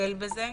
ניהלו בית בושת,